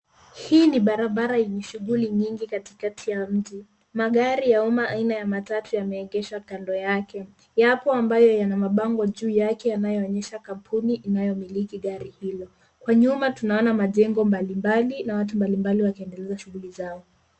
Hii ni barabara yenye shughuli nyingi katikati ya mji. Magari ya umma aina ya matatu yameegeshwa kando yake. Yapo ambayo yana mabango juu yake yanayoonyesha kampuni inayomiliki gari hilo. Kwa nyuma tunaona majengo mbalimbali na watu mbalimbali wakiendeleza shughuli zao.